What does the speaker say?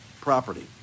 property